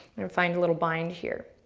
then find a little bind here.